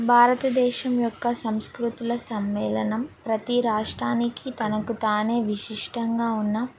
భారతదేశం యొక్క సంస్కృతుల సమ్మేళనం ప్రతీ రాష్ట్రాానికి తనకు తానే విశిష్టంగా ఉన్న